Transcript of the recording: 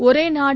ஒரே நாடு